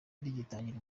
rigitangira